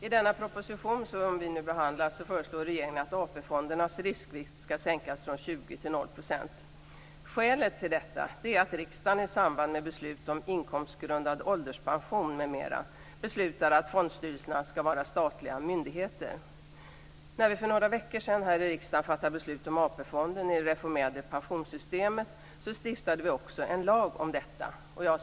I den proposition som vi nu behandlar föreslår regeringen att AP-fondernas riskvikt ska sänkas från 20 % till 0 %. Skälet till detta är att riksdagen i samband med beslut om inkomstgrundad ålderspension m.m. beslutade att fondstyrelserna ska vara statliga myndigheter. När vi för några veckor sedan här i riksdagen fattade beslut om AP-fonden i det reformerade pensionssystemet så stiftade vi också en lag om detta.